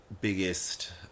biggest